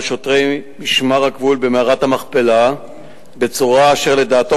שוטרי משמר הגבול במערת המכפלה בצורה אשר לדעתו